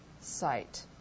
site